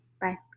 Bye